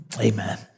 Amen